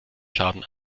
schaden